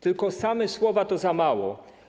Tylko że same słowa to za mało.